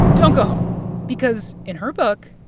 don't go home because in her book,